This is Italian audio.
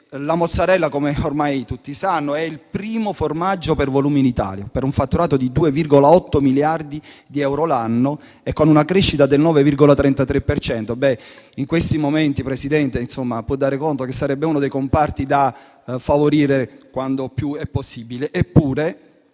la mozzarella - come ormai tutti sanno - è il primo formaggio per volumi in Italia, per un fatturato di 2008 miliardi di euro l'anno, con una crescita del 9,33 per cento. In questi momenti, Presidente, può comprendere che sarebbe uno dei comparti da favorire quanto possibile. La legge